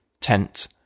tent